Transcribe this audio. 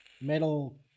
metal